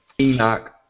Enoch